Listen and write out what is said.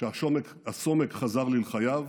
שהסומק חזר ללחייו,